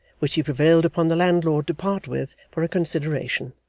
which he prevailed upon the landlord to part with for a consideration,